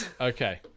Okay